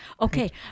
Okay